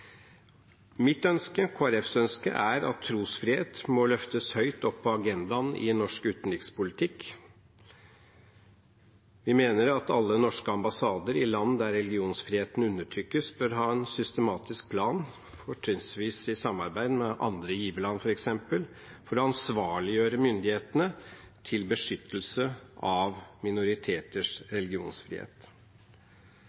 Mitt ønske – Kristelig Folkepartis ønske – er at trosfrihet må løftes høyt opp på agendaen i norsk utenrikspolitikk. Vi mener at alle norske ambassader i land der religionsfriheten undertrykkes, bør ha en systematisk plan, fortrinnsvis i samarbeid med andre giverland, f.eks., for å ansvarliggjøre myndighetene når det gjelder beskyttelse av minoriteters